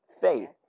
faith